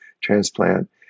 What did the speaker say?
transplant